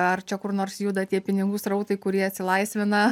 ar čia kur nors juda tie pinigų srautai kurie atsilaisvina